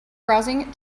browsing